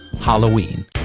Halloween